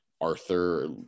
Arthur